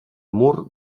mur